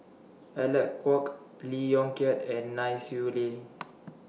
Alec Kuok Lee Yong Kiat and Nai Swee Leng